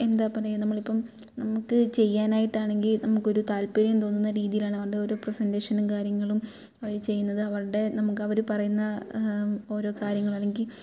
എന്താ പറയുക നമ്മൾ ഇപ്പം നമുക്ക് ചെയ്യാനായിട്ടാണെങ്കിൽ നമുക്ക് ഒരു താല്പര്യം തോന്നുന്ന രീതിയിലാണ് അവരുടെ പ്രസേൻറ്റേഷനും കാര്യങ്ങളും അവർ ചെയ്യുന്നത് അവരുടെ നമുക്ക് അവർ പറയുന്ന ഓരോ കാര്യങ്ങൾ അല്ലെങ്കിൽ